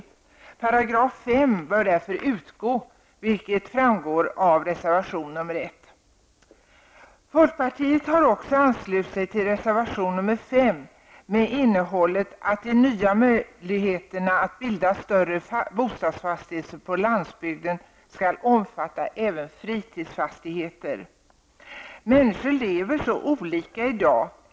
5 § bör därför utgå, vilket också framgår av reservation 1. Folkpartiet har också anslutit sig till reservation 5, innebärande att de nya möjligheterna att bilda större bostadsfastigheter på landsbygden skall omfatta även fritidsfastigheter. Människor lever i dag så olika.